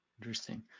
Interesting